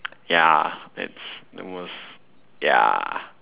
ya it's the most ya